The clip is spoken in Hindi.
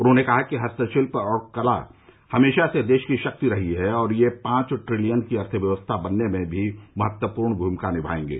उन्होंने कहा कि हस्तशित्य और कला हमेशा से देश की शक्ति रही है और ये पांच ट्रिलियन की अर्थव्यवस्था बनाने में भी महत्वपूर्ण भूमिका निभाएंगे